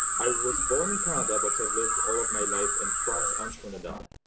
i was born in canada but i lived all of my life in france and trinidad.